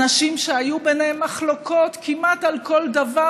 אנשים שהיו ביניהם מחלוקות כמעט על כל דבר,